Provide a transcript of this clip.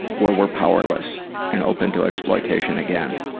where we're powerless and open to exploitation again.